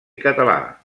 català